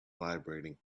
vibrating